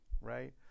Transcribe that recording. right